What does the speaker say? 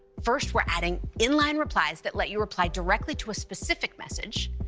first we're adding inline replies that let you reply directly to a specific message.